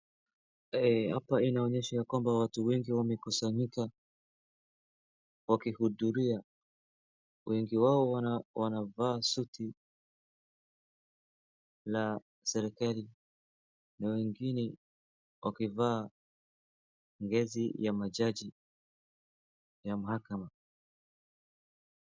Hapa inaonyesha ya kwamba watu wengi wamekusanyika wakihudhuria, wengi wao wanavaa suti la serikali na wengine wakivaa ngezi ya majaji ya mahakama.